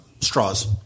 straws